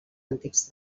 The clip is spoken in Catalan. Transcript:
antics